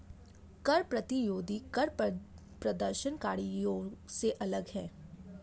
कर प्रतिरोधी कर प्रदर्शनकारियों से अलग हैं